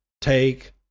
take